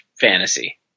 fantasy